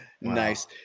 nice